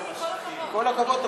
נכון, כל הכבוד.